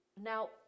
Now